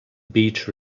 beach